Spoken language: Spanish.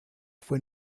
fue